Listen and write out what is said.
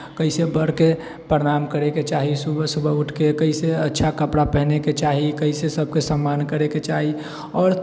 कैसे बड़के प्रणाम करेके चाही सुबह सुबह उठके कैसे अच्छा कपड़ा पहिनेके चाही कैसे सबकेँ सम्मान करेके चाही आओर